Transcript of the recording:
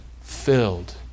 filled